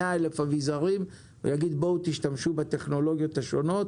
אלף אביזרים ולהגיד בואו תשתמשו בטכנולוגיות השונות